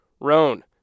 Roan